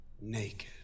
naked